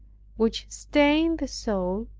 which stain the soul,